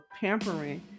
pampering